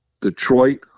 Detroit